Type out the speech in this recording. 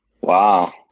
Wow